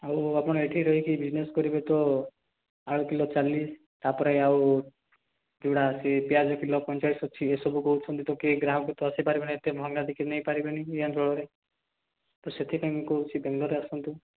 ଆଉ ଆପଣ ଏଠି ରହିକି ବିଜନେସ୍ କରିବେ ତ ଆଳୁ କିଲୋ ଚାଲିଶ ତାପରେ ଆଉ ଚୁଡ଼ା ସିଏ ପିଆଜ କିଲୋ ପଇଁଚାଳିଶ ଅଛି ଏସବୁ କହୁଛନ୍ତି ତ କିଏ ଗ୍ରାହକ ତ ଆସିପାରିବେ ନାହିଁ ଏତେ ମହଙ୍ଗା ଦେଖି ନେଇପାରିବେନି ଏ ଅଞ୍ଚଳରେ ତ ସେଥିପାଇଁ ମୁଁ କହୁଛି ବେଙ୍ଗଲୋର୍ ଆସନ୍ତୁ